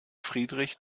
friedrich